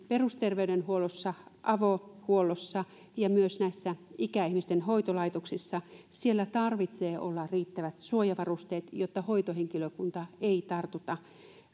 perusterveydenhuollossa avohuollossa ja myös näissä ikäihmisten hoitolaitoksissa tarvitsee olla riittävät suojavarusteet jotta hoitohenkilökunta ei tartuta